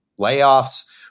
layoffs